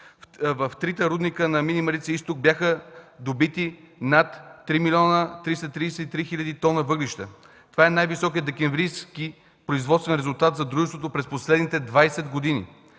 в трите рудника на „Мини Марица изток” бяха добити над 3 млн. 333 хил. т въглища. Това е най-високият декемврийски производствен резултат за дружеството през последните 20 години.